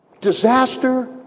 Disaster